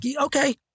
Okay